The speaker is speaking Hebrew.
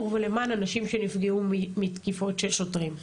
ולמען אנשים שנפגעו מתקיפות של שוטרים.